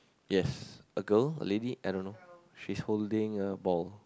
yes a girl a lady I don't know she's holding a ball